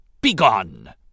begone